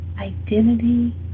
identity